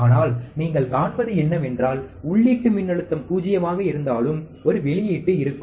ஆனால் நீங்கள் காண்பது என்னவென்றால் உள்ளீட்டு மின்னழுத்தம் 0 ஆக இருந்தாலும் ஒரு வெளியீட்டு இருக்கும்